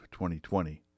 2020